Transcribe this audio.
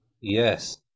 Yes